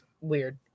weird